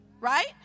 right